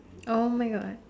!oh-my-God!